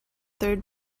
third